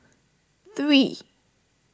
three